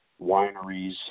wineries